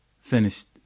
finished